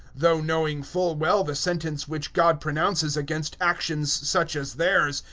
though knowing full well the sentence which god pronounces against actions such as theirs,